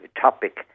topic